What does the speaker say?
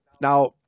Now